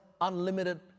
unlimited